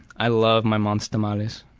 i love my mom's tamales.